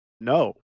no